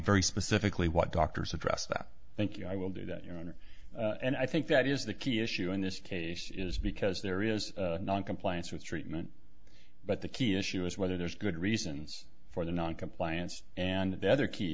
very specifically what doctors address that thank you i will do that your honor and i think that is the key issue in this case is because there is noncompliance with treatment but the key issue is whether there's good reasons for the noncompliance and the other key